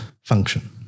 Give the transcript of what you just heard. function